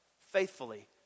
faithfully